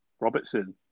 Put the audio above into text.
Robertson